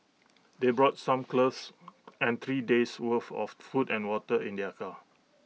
they brought some clothes and three days' worth of food and water in their car